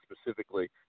specifically